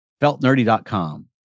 FeltNerdy.com